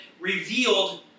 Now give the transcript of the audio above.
revealed